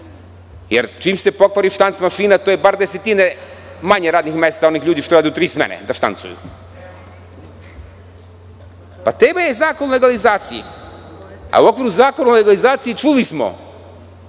jer čim se pokvari štanc mašina to je bar desetine manje radnih mesta onih ljudi koji rade u tri smene da štancuju. Tema je zakon o legalizaciji, a u okviru zakona o legalizaciji čuli smo